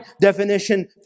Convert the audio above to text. definition